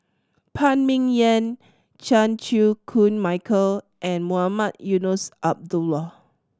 Phan Ming Yen Chan Chew Koon Michael and Mohamed Eunos Abdullah